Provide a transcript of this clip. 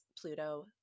Pluto